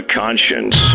conscience